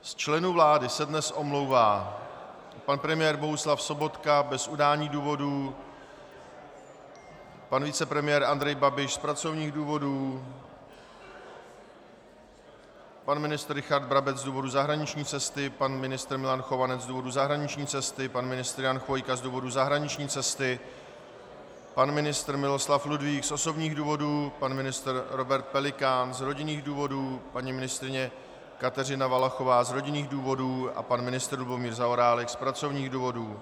Z členů vlády se dnes omlouvá pan premiér Bohuslav Sobotka bez udání důvodu, pan vicepremiér Andrej Babiš z pracovních důvodů, pan ministr Richard Brabec z důvodu zahraniční cesty, pan ministr Milan Chovanec z důvodu zahraniční cesty, pan ministr Jan Chvojka z důvodu zahraniční cesty, pan ministr Miloslav Ludvík z osobních důvodů, pan ministr Robert Pelikán z rodinných důvodů, paní ministryně Kateřina Valachová z rodinných důvodů a pan ministr Lubomír Zaorálek z pracovních důvodů.